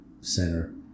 center